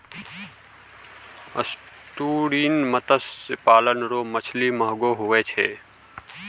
estuarine मत्स्य पालन रो मछली महगो हुवै छै